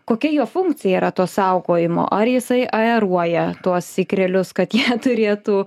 kokia jo funkcija yra to saugojimo ar jisai aeruoja tuos ikrelius kad jie turėtų